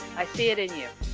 i see it in you.